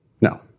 No